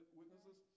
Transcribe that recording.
witnesses